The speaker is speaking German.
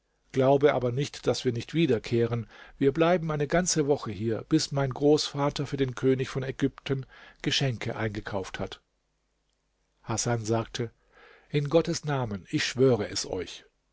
glaube aber nicht daß wir nicht wiederkehren wir bleiben eine ganze woche hier bis mein großvater für den könig von ägypten geschenke eingekauft hat hasan sagte in gottes namen ich schwöre es euch